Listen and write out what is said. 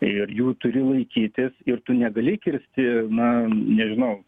ir jų turi laikytis ir tu negali kirsti na nežinau